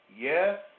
yes